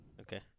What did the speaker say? Okay